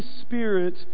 Spirit